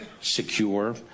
secure